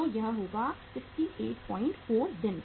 तो यह होगा 684 दिन